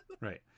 right